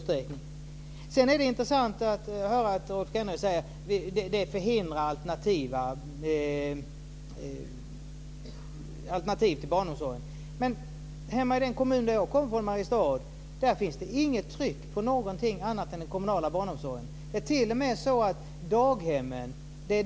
Sedan är det intressant att Rolf Kenneryd säger att det förhindrar alternativ barnomsorg. Jag kommer från Mariestad, och där finns det inget tryck på någonting annat än på den kommunala barnomsorgen. Trycket ligger på daghemmen.